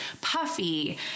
puffy